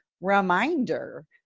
reminder